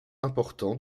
important